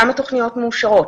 כמה תוכניות מאושרות?